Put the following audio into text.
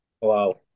Wow